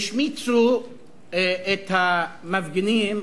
השמיצו את המפגינים,